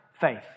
faith